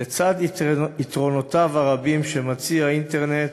לצד היתרונות הרבים שמציע האינטרנט